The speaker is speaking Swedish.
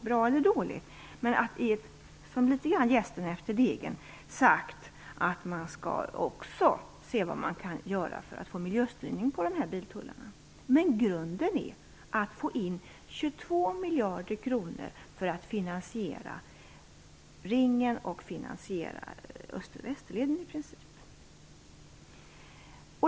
Men man har också sagt, litet grand som att kasta in jästen efter degen, att man också skall se vad man kan göra för att få miljöstyrning när det gäller biltullarna. Men grunden är att man skall få in 2 miljarder kronor för att i princip finansiera Ringleden och Öster och Västerlederna.